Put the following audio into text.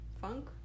funk